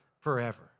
forever